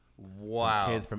Wow